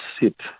sit